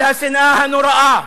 על השנאה הנוראה.